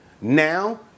now